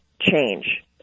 change